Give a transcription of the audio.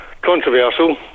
Controversial